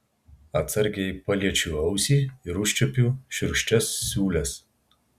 atsargiai paliečiu ausį ir užčiuopiu šiurkščias siūles